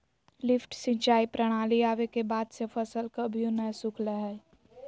lift सिंचाई प्रणाली आवे के बाद से फसल कभियो नय सुखलय हई